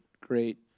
great